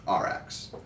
Rx